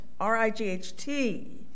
R-I-G-H-T